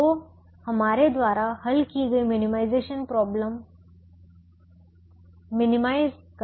तो हमारे द्वारा हल की गई मिनिमाइजेशन प्रॉब्लम मिनिमाइज करती है